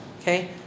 Okay